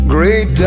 Great